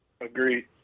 Agreed